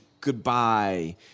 goodbye